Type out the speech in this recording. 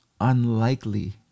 unlikely